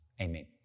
Amen